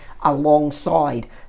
alongside